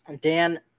Dan